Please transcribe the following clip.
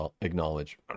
acknowledge